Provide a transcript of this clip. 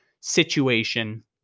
situation